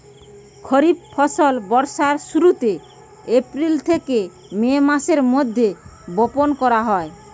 খরিফ ফসল বর্ষার শুরুতে, এপ্রিল থেকে মে মাসের মধ্যে বপন করা হয়